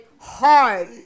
hard